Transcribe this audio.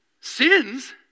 Sins